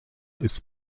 ist